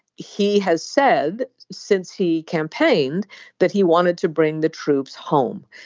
he has said since he campaigned that he wanted to bring the troops home.